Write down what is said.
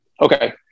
Okay